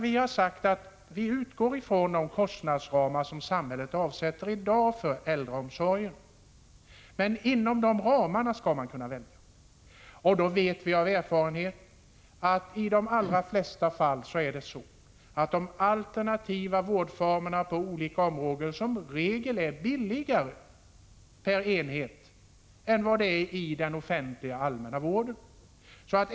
Vi utgår från de kostnadsramar som samhället avsätter i dag för äldreomsorgen. Men inom de ramarna skall man kunna välja. Då vet vi av erfarenhet att det i de allra flesta fall är så, att de alternativa vårdformerna på olika områden är billigare per enhet än den offentliga allmänna vården.